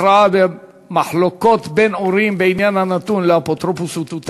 הכרעה במחלוקות בין הורים בעניין הנתון לאפוטרופסותם),